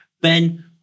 Ben